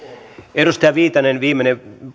edustaja viitanen viimeinen